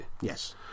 Yes